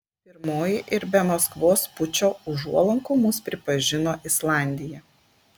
pirmoji ir be maskvos pučo užuolankų mus pripažino islandija